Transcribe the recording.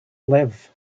live